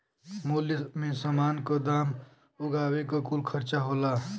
मूल्य मे समान क दाम उगावे क कुल खर्चा होला